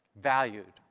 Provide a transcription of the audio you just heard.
valued